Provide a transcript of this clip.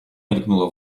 мелькнула